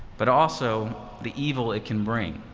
but also the evil it can bring,